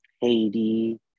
haiti